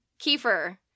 kefir